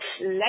let